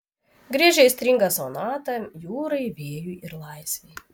griežia aistringą sonatą jūrai vėjui ir laisvei